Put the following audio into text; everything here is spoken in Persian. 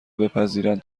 بپذیرند